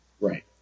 Right